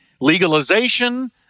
legalization